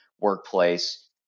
workplace